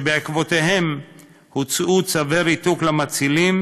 ובעקבותיהן הוצאו צווי ריתוק למצילים